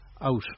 out